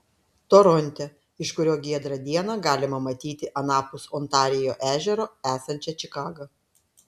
toronte iš kurio giedrą dieną galima matyti anapus ontarijo ežero esančią čikagą